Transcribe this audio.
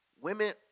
women